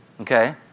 Okay